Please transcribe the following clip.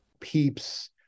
Peeps